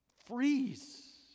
freeze